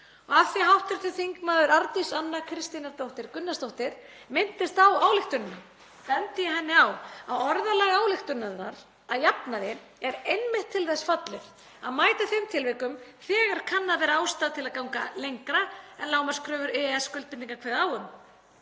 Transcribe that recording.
Og af því að hv. þm. Arndís Anna Kristínardóttir Gunnarsdóttir minntist á ályktunina bendi ég henni á að orðalag ályktunarinnar að jafnaði er einmitt til þess fallið að mæta þeim tilvikum þegar kann að vera ástæða til að ganga lengra en lágmarkskröfur EES-skuldbindinga kveða á um,